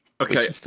Okay